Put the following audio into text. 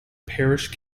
parish